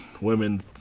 women